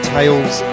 Tales